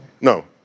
No